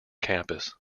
campus